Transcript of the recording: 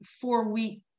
four-week